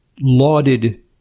lauded